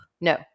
No